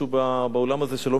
אבל אני רוצה לדבר על היבט